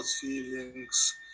feelings